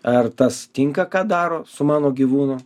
ar tas tinka ką daro su mano gyvūnu